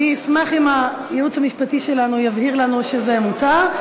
אני אשמח אם הייעוץ המשפטי שלנו יבהיר לנו שזה מותר.